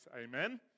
amen